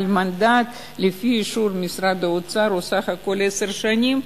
אבל המנדט לפי אישור משרד האוצר הוא בסך הכול עשר שנים,